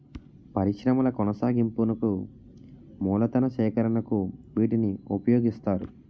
పరిశ్రమల కొనసాగింపునకు మూలతన సేకరణకు వీటిని ఉపయోగిస్తారు